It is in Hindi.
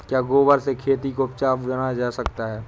क्या गोबर से खेती को उपजाउ बनाया जा सकता है?